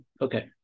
Okay